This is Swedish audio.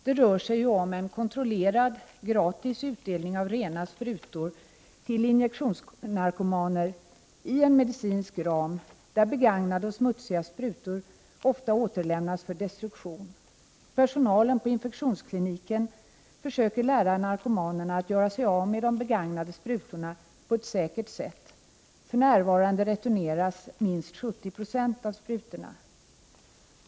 Det rör sig om en kontrollerad, gratis utdelning av rena sprutor till injektionsnarkomaner i en medicinsk ram, där begagnade och smutsiga sprutor ofta återlämnas för destruktion. Personalen på infektionskliniken försöker lära narkomanerna att göra sig av med de begagnade sprutorna på ett säkert sätt. För närvarande returneras minst 70 96 av sprutorna.